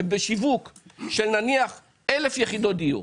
שבשיווק של נניח 1,000 יחידות דיור,